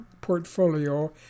portfolio